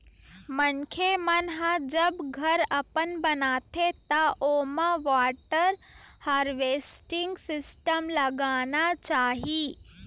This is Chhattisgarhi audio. मनखे मन ह जब घर अपन बनाथे त ओमा वाटर हारवेस्टिंग सिस्टम लगाना चाही